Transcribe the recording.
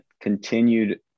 continued